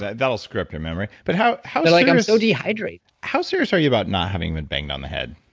ah that'll screw up your memory. but how serious like i'm so dehydrated how serious are you about not having been banged on the head?